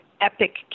epic